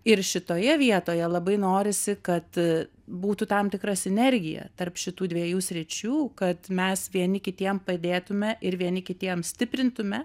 ir šitoje vietoje labai norisi kad būtų tam tikra sinergija tarp šitų dviejų sričių kad mes vieni kitiem padėtume ir vieni kitiems stiprintume